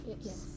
Yes